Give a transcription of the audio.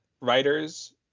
writers